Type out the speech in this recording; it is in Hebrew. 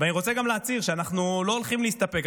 ואני רוצה גם להצהיר שאנחנו לא הולכים להסתפק,